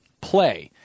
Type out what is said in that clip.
play